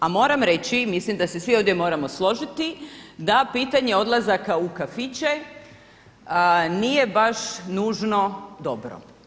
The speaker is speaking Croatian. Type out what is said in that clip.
A moram reći i mislim da se svi ovdje moramo složiti da pitanje odlazaka u kafiće nije baš nužno dobro.